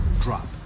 drop